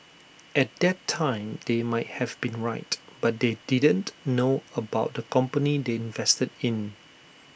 at that time they might have been right but they didn't know about the company they invested in